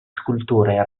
sculture